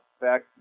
Back